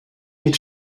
mit